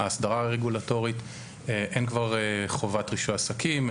בהסדרה הרגולטורית אין כבר חובת רישוי עסקים,